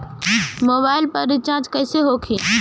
Mobile पर recharge कैसे होखी?